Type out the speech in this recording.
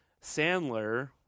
Sandler